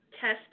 test